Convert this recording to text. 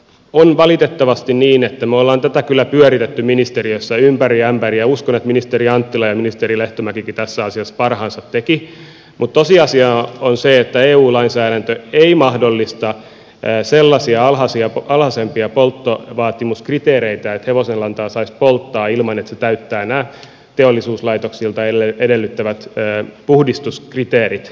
on valitettavasti niin että me olemme tätä kyllä pyörittäneet ministeriössä ympäri ämpäri ja uskon että ministeri anttila ja ministeri lehtomäkikin tässä asiassa parhaansa tekivät mutta tosiasia on se että eu lainsäädäntö ei mahdollista sellaisia alhaisempia polttovaatimuskriteereitä että hevosenlantaa saisi polttaa ilman että se täyttää nämä teollisuuslaitoksilta edellytettävät puhdistuskriteerit